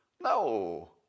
No